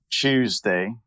Tuesday